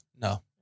no